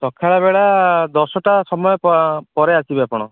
ସକାଳ ବେଳା ଦଶଟା ସମୟ ପରେ ଆସିବେ ଆପଣ